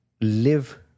live